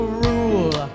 rule